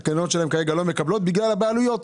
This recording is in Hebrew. לא מקבלות בגלל הבעלויות.